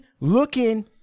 looking